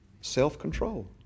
Self-control